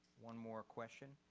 one more question.